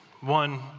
One